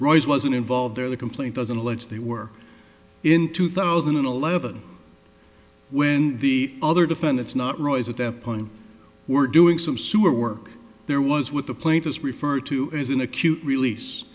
roy's wasn't involved there the complaint doesn't allege they were in two thousand and eleven when the other defendants not roys at that point were doing some sewer work there was with the plaintiffs referred to as an acute release